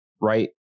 right